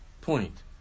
point